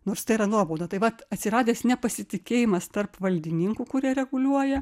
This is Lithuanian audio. nors tai yra nuobauda tai vat atsiradęs nepasitikėjimas tarp valdininkų kurie reguliuoja